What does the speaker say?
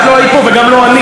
את לא היית פה וגם לא אני.